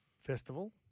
Festival